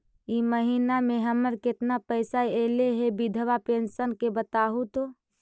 इ महिना मे हमर केतना पैसा ऐले हे बिधबा पेंसन के बताहु तो?